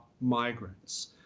migrants